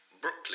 Brooklyn